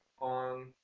on